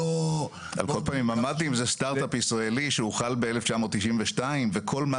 על כל פנים ממ"דים זה סטרטאפ ישראלי שהוחל ב-1992 וכל מה